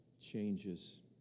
changes